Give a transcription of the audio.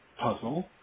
puzzle